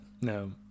no